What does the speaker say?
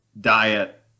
diet